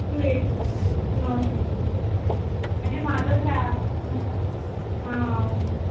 లేదు sir no sir no sir అంటే మాతో ట్రా ఆ అవును సార్